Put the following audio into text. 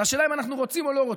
לשאלה אם אנחנו רוצים או לא רוצים.